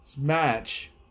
match